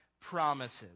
promises